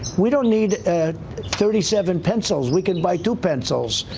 we don't need thirty seven pencils, we can buy two pencils.